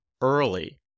early